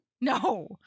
No